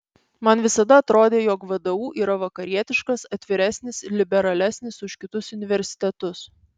man visada atrodė jog vdu yra vakarietiškas atviresnis liberalesnis už kitus universitetus